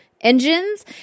engines